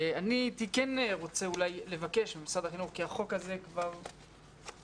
ואני הייתי כן רוצה אולי לבקש ממשרד החינוך כי החוק הזה כבר מימים,